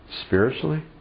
spiritually